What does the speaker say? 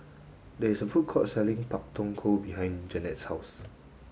there is a food court selling Pak Thong Ko behind Janette's house